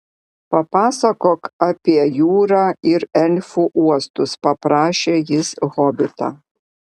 papasakok apie jūrą ir elfų uostus paprašė jis hobitą